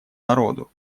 народу